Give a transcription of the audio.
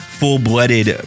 full-blooded